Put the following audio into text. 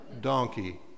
donkey